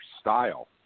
style